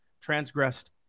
transgressed